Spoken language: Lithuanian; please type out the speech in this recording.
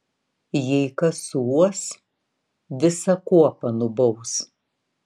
jei kas suuos visą kuopą nubaus